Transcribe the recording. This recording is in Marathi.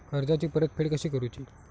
कर्जाची परतफेड कशी करुची?